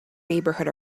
neighbourhood